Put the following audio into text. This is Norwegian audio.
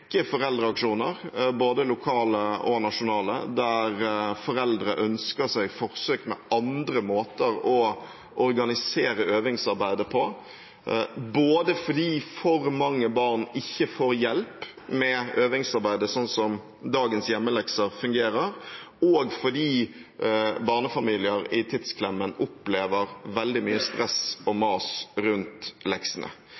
foreldreaksjoner, både lokale og nasjonale, der foreldre ønsker seg forsøk med andre måter å organisere øvingsarbeidet på, både fordi for mange barn ikke får hjelp med øvingsarbeidet sånn som dagens hjemmelekser fungerer, og fordi barnefamilier i tidsklemmen opplever veldig mye stress og